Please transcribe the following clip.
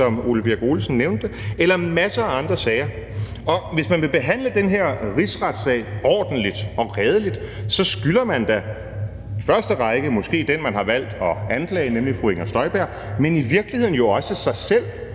hr. Ole Birk Olesen nævnte, eller masser af andre sager. Så hvis man ville behandle den her rigsretssag ordentligt og redeligt, skylder man skal da måske i første række den, som man har valgt at anklage, nemlig fru Inger Støjberg, men i virkeligheden jo også sig selv